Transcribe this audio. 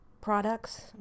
products